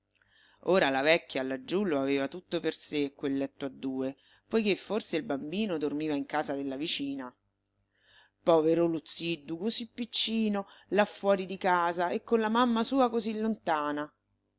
ora la vecchia laggiù lo aveva tutto per sé quel letto a due poiché forse il bambino dormiva in casa della vicina povero luzziddu così piccino là fuori di casa e con la mamma sua così lontana